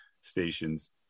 stations